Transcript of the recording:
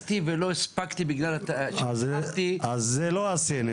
אני מאשים את זה שנכנסתי ולא הספקתי בגלל ששכחתי --- אז זה לא הסינים,